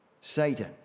Satan